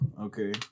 okay